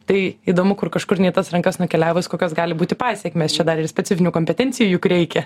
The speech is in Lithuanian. tai įdomu kur kažkur ne į tas rankas nukeliavus kokios gali būti pasekmės čia dar ir specifinių kompetencijų juk reikia